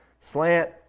slant